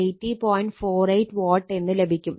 48 Watt എന്ന് ലഭിക്കും